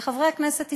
וחברי הכנסת הסכימו.